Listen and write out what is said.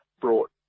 brought